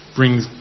brings